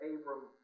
Abram